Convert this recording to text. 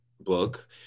book